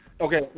Okay